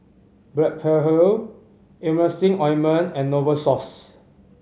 Blephagel Emulsying Ointment and Novosource